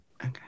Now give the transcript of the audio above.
okay